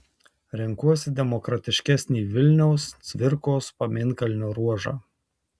renkuosi demokratiškesnį vilniaus cvirkos pamėnkalnio ruožą